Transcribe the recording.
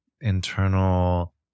internal